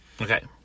okay